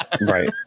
Right